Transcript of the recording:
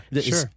sure